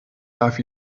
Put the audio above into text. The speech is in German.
darf